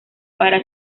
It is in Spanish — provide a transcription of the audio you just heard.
para